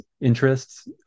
interests